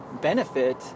benefit